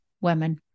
women